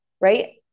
Right